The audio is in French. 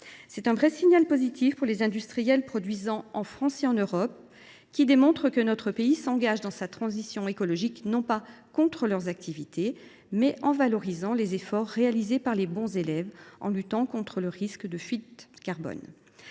Voilà un véritable signal positif adressé aux industriels qui produisent en France et dans l’Union. Il montre que notre pays s’engage dans sa transition écologique non pas contre leurs activités, mais en valorisant les efforts réalisés par les bons élèves et en luttant contre le risque de fuites de carbone.